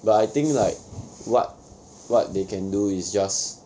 but I think like what what they can do is just